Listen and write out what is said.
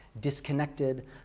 disconnected